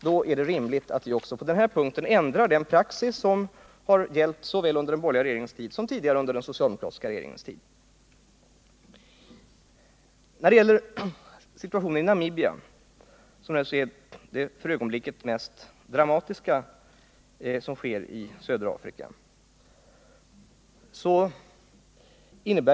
Det är därför rimligt att vi på denna punkt ändrar den praxis som gällt såväl under den borgerliga regeringens tid som tidigare under den socialdemokratiska regeringen. Situationen i Namibia är för ögonblicket det mest dramatiska som sker i södra Afrika.